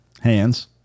hands